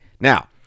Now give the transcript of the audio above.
Now